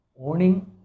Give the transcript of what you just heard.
owning